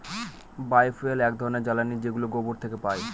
বায় fuel এক ধরনের জ্বালানী যেগুলো গোবর থেকে পাই